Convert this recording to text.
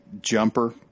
jumper